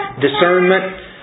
Discernment